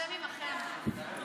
התשפ"ב 2022,